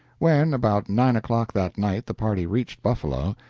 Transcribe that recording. when, about nine o'clock that night, the party reached buffalo,